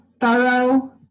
thorough